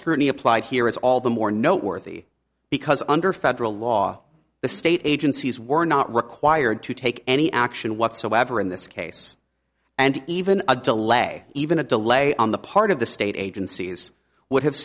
scrutiny applied here is all the more noteworthy because under federal law the state agencies were not required to take any action whatsoever in this case and even a delay even a delay on the part of the state agencies would have